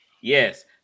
Yes